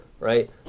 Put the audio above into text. right